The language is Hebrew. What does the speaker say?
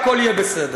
והכול יהיה בסדר.